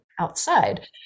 outside